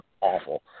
awful